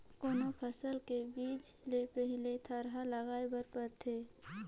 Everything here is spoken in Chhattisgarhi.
कोनो फसल के बीजा ले पहिली थरहा लगाए बर परथे